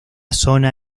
zona